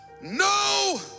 no